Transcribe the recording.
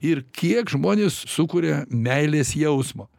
ir kiek žmonės sukuria meilės jausmo